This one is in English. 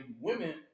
women